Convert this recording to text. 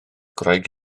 gwraig